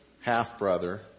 half-brother